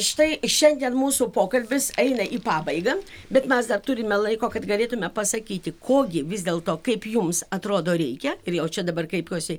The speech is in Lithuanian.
štai šiandien mūsų pokalbis eina į pabaigą bet mes dar turime laiko kad galėtume pasakyti ko gi vis dėlto kaip jums atrodo reikia ir jau čia dabar kreipiuosi